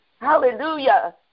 hallelujah